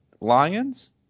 Lions